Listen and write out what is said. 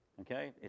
Okay